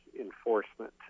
enforcement